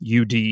UD